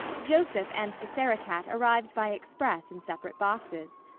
joseph and the sarah-cat arrived by express in separate boxes.